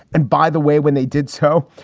and by the way, when they did so,